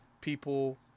people